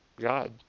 God